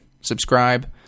subscribe